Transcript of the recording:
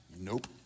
Nope